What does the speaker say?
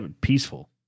Peaceful